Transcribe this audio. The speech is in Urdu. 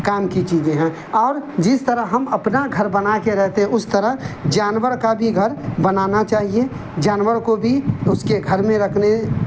کام کی چیزیں ہیں اور جس طرح ہم اپنا گھر بنا کے رہتے ہیں اس طرح جانور کا بھی گھر بنانا چاہیے جانور کو بھی اس کے گھر میں رکھنے